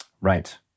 Right